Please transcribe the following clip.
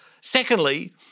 Secondly